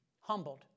humbled